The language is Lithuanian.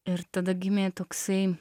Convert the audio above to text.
ir tada gimė toksai